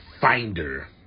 finder